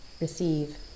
receive